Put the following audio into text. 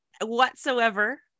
whatsoever